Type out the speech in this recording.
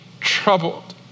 troubled